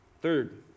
Third